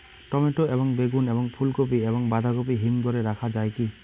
Tomato এবং বেগুন এবং ফুলকপি এবং বাঁধাকপি হিমঘরে রাখা যায় কি?